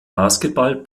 basketball